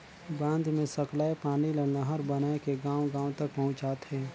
बांध मे सकलाए पानी ल नहर बनाए के गांव गांव तक पहुंचाथें